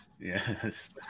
Yes